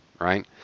right